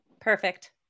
Perfect